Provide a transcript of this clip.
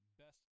best